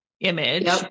image